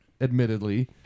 admittedly